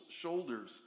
shoulders